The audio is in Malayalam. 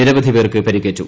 നിരവധി പേർക്ക് പരിക്കേറ്റു